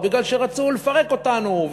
כי רצו לפרק אותנו,